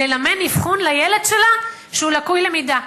לממן אבחון לילד שלה, שהוא לקוי למידה.